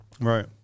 Right